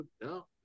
No